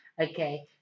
Okay